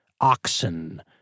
Oxen